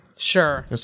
sure